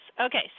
Okay